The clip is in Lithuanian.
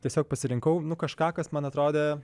tiesiog pasirinkau kažką kas man atrodė